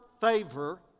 favor